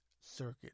Circuit